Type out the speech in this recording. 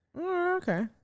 Okay